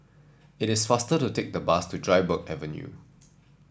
it is faster to take the bus to Dryburgh Avenue